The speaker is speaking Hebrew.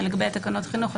לגבי תקנות החינוך,